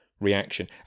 reaction